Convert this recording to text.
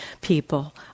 people